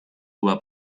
uva